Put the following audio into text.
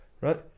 right